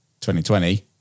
2020